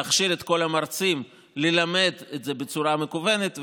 להכשיר את כל המרצים ללמד את זה בצורה מקוונת,